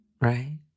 Right